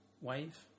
wave